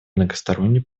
многосторонний